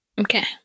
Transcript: Okay